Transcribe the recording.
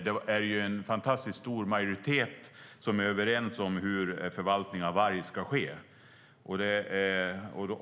Det är en fantastiskt stor majoritet som är överens om hur förvaltningen av varg ska ske.